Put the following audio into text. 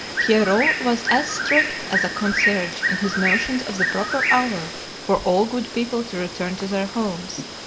pierrot was as strict as a concierge in his notions of the proper hour for all good people to return to their homes.